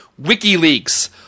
WikiLeaks